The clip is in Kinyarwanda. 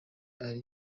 ari